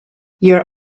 your